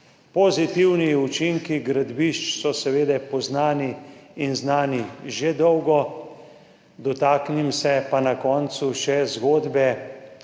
Pozitivni učinki gradbišč so poznani in znani že dolgo. Dotaknem se pa na koncu še zgodbe